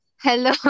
Hello